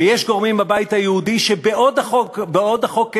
ויש גורמים בבית היהודי שבעוד החוק מתקיים,